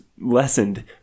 lessened